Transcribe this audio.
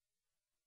מתקפל.